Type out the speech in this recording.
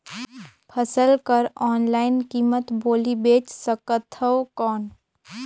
फसल कर ऑनलाइन कीमत बोली बेच सकथव कौन?